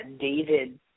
David